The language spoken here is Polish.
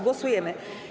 Głosujemy.